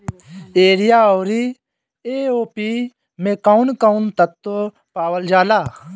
Urea औरी ए.ओ.पी मै कौवन कौवन तत्व पावल जाला?